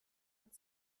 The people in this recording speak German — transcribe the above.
hat